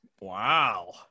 Wow